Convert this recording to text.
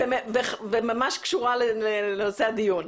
וממש קשורה לנושא הדיון.